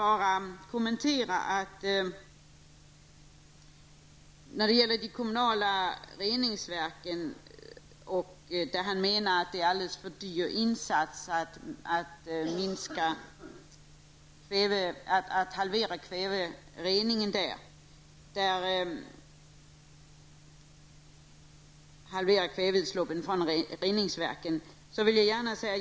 Anders Castberger anser att det är en alldeles för dyr insats att halvera kväveutsläppen från reningsverken.